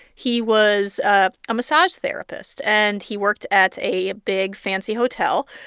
he was ah a massage therapist, and he worked at a big, fancy hotel.